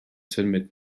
symud